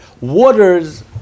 waters